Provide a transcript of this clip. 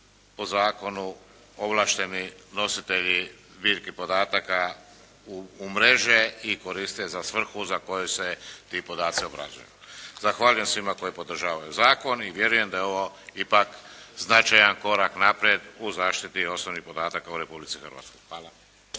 po zakonu ovlašteni nositelji zbirki podataka umreže i koriste za svrhu koji se ti podaci obrađuju. Zahvaljujem svima koji podržavaju ovaj zakon i vjerujem da je ovo ipak značaj korak naprijed u zaštiti osobnih podataka u Republici Hrvatskoj. Hvala.